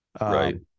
Right